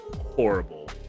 horrible